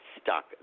stuck